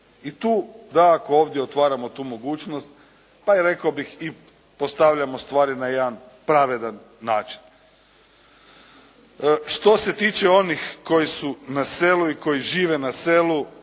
i tu dakako ovdje otvaramo tu mogućnost, pa i rekao bih i postavljamo stvari na jedan pravedan način. Što se tiče onih koji su na selu i koji žive na selu